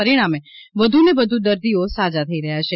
પરિણામે વધુને વધુ દર્દીઓ સાજા થઇ રહ્યા છે